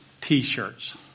T-shirts